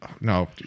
No